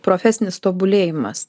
profesinis tobulėjimas